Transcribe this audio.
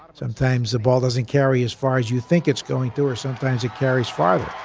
sometimes the ball doesn't carry as far as you think it's going to, or sometimes it carries farther.